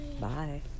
Bye